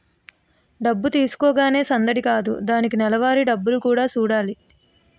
డబ్బు తీసుకోగానే సందడి కాదు దానికి నెలవారీ డబ్బులు కూడా సూడాలి